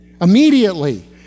immediately